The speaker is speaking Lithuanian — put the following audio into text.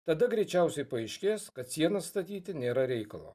tada greičiausiai paaiškės kad sienas statyti nėra reikalo